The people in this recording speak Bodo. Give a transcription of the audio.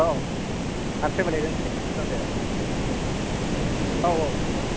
आव आं ट्रेभेक एजेन्सिनिफ्राय बुंदों दे आव आव नोंगौ दा